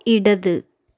ഇടത്